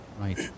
Right